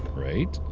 right?